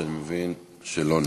שאני מבין שהוא לא נמצא.